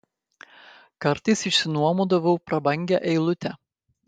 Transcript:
kartais išsinuomodavau prabangią eilutę